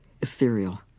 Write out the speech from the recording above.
ethereal